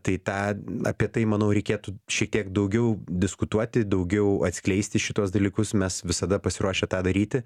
tai tą apie tai manau reikėtų šiek tiek daugiau diskutuoti daugiau atskleisti šituos dalykus mes visada pasiruošę tą daryti